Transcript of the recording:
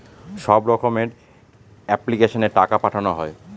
সব রকমের এপ্লিক্যাশনে টাকা পাঠানো হয়